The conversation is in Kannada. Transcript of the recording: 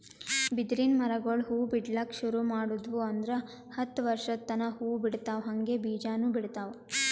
ಬಿದಿರಿನ್ ಮರಗೊಳ್ ಹೂವಾ ಬಿಡ್ಲಕ್ ಶುರು ಮಾಡುದ್ವು ಅಂದ್ರ ಹತ್ತ್ ವರ್ಶದ್ ತನಾ ಹೂವಾ ಬಿಡ್ತಾವ್ ಹಂಗೆ ಬೀಜಾನೂ ಬಿಡ್ತಾವ್